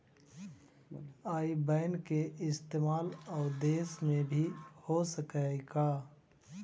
आई बैन के इस्तेमाल आउ देश में भी हो सकऽ हई का?